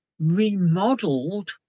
remodeled